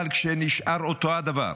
אבל כשנשאר אותו הדבר,